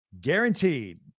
guaranteed